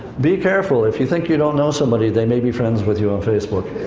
be careful, if you think you don't know somebody, they may be friends with you on facebook.